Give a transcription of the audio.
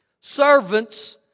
Servants